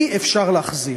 אי-אפשר להחזיר.